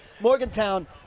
Morgantown